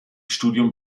studium